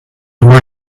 where